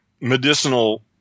medicinal